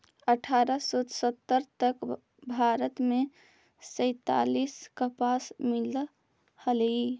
अट्ठारह सौ सत्तर तक भारत में सैंतालीस कपास मिल हलई